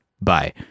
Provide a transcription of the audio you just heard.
Bye